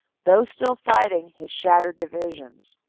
though still fighting, his shattered divisions.